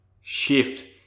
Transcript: shift